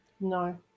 No